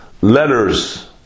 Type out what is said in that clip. letters